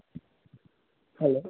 hello